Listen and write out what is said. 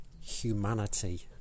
humanity